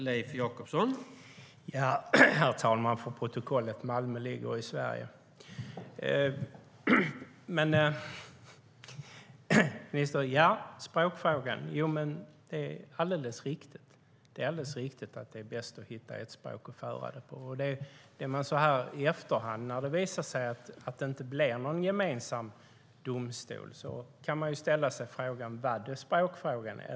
Herr talman! För protokollet: Malmö ligger i Sverige. Ministern tog upp språkfrågan. Ja, det är alldeles riktigt att det är bäst att hitta ett språk att arbeta på. Det man så här i efterhand, när det visar sig att det inte blir någon gemensam domstol, kan fråga sig är om det berodde på språkfrågan.